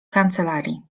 kancelarii